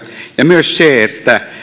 ja myös se että